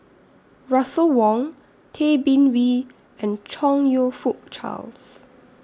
Russel Wong Tay Bin Wee and Chong YOU Fook Charles